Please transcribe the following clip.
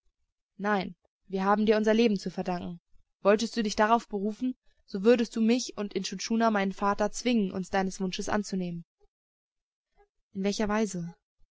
nein wir haben dir unser leben zu verdanken wolltest du dich darauf berufen so würdest du mich und intschu tschuna meinen vater zwingen uns deines wunsches anzunehmen in welcher weise